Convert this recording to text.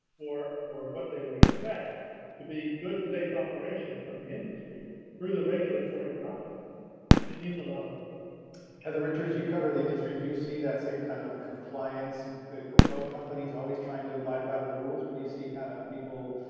for for what they would expect to be good safe operations from the industry through the regulatory process it needs a lot of work heather richards you cover the industry. do you see that? same kind of compliance the ah company's always trying to abide by the rules or do you see kind of people?